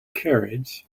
carriage